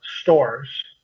stores